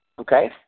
Okay